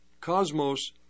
Cosmos